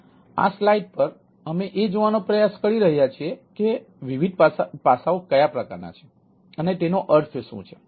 તેથી આ સ્લાઇડ પર અમે એ જોવાનો પ્રયાસ કરી રહ્યા છીએ કે વિવિધ પાસાઓ કયા પ્રકારના છે અને તેનો અર્થ શું છે